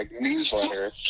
newsletter